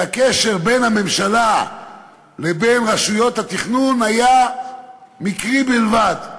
והקשר בין הממשלה לבין רשויות התכנון היה מקרי בלבד.